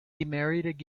again